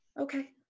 Okay